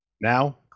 Now